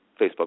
Facebook